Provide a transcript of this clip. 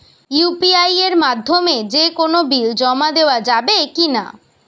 UPI এর মাধ্যমে যে কোনো বিল জমা দেওয়া যাবে কি না?